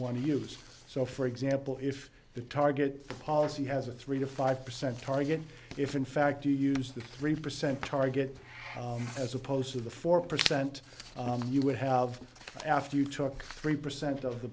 want to use so for example if the target policy has a three to five percent target if in fact you use the three percent target as opposed to the four percent you would have after you took three percent of the